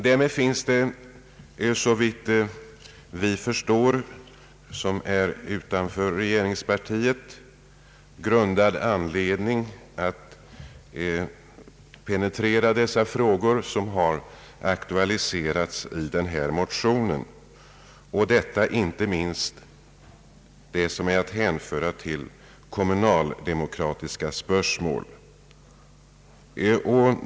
Därmed finns det såvitt vi förstår, som står utanför regeringspartiet, grundad anledning att penetrera de frågor som har aktualiserats i denna motion och inte minst det som är att hänföra till kommunaldemokratiska spörsmål.